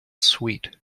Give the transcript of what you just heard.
sweet